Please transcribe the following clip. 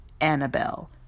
Annabelle